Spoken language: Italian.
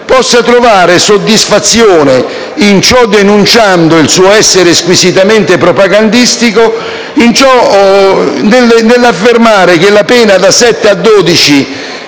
possa trovare soddisfazione, in ciò denunciando il suo essere squisitamente propagandistico, nell'affermare che la pena da sette